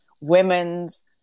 women's